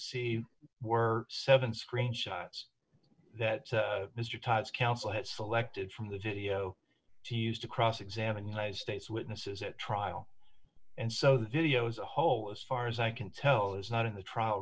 see were seven screen shots that mr todd's counsel has selected from the video to use to cross examine united states witnesses at trial and so the video is a whole as far as i can tell is not in the trial